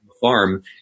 farm